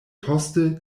poste